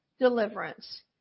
deliverance